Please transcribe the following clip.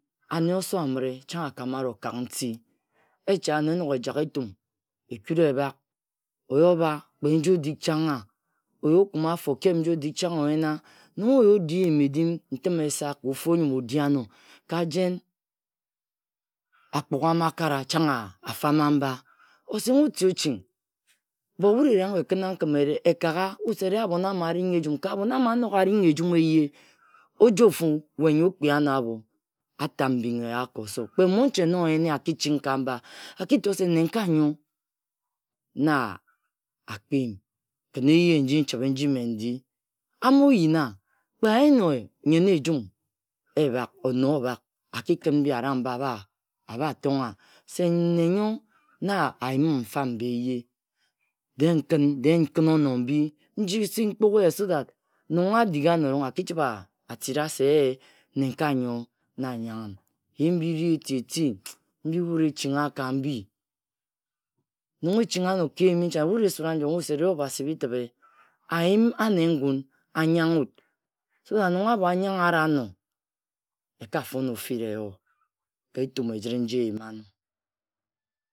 Anne oso amire chang akama wut okak nti. Echa ano enog ejak eten, ekwa ebak, oyi obha кре пji odig changha, Oji okume afo, Okep nji odig chang oyena, Nong oyi odi eyim-edin ntim esa ка ofu anyun odi-ano ka jen akpuga mma akara Chang afana mba. osenghe oti oching. But wut eriago eking nkhim eyire ekagha wut re-e abhon ama aringhe ejun. Ka abhon amo anog-aringhe ejun eye, ojo-fu apo-abho otam mbing eya ka ozo. kpe monche na oyeni ye ka mba akido se nnenkae ngo na akpüm kam eye-nji nchibhe nji me ndi Amo-yina, kpe ayene nnyen egum ekhak, ono Obhak, akin mbi abha- arang mba abha tonga se nne nyo na ayının nfan mba eye. De nkin, de nkin ono mbi nji nzi nkpugi-je so that nong adik ano-erong aki chibhe atira se-e nnekae nyo na anyanghm. Eyim biri eti eti mbi wut echingha Nong echingha ano Ka eyim nchane, wut asura nyom wut se de Obasi, bitibhe ayim anne ngun anyanghe wut. So that nong akho anyangha wut and, ekafon fireyo ka etum ejire nyi eyima- no